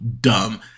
dumb